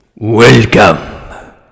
Welcome